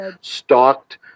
stalked